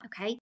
okay